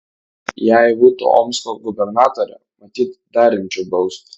jei būtų omsko gubernatore matyt dar rimčiau baustų